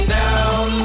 down